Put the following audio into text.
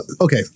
okay